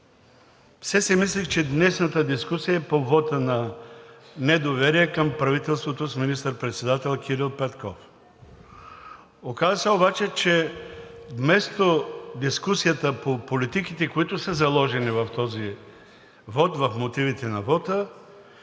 Все си мислех, че днешната дискусия е по вота на недоверие към правителството с министър-председател Кирил Петков. Оказа се обаче, че вместо дискусията по политиките, които са заложени в този вот, в мотивите на вота,